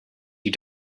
you